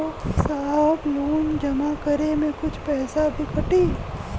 साहब लोन जमा करें में कुछ पैसा भी कटी?